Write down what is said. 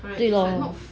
对 lor